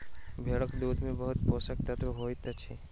भेड़क दूध में बहुत पौष्टिक तत्व होइत अछि